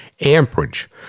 amperage